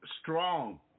strong